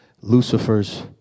Lucifer's